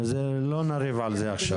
לא נריב על זה עכשיו.